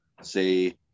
say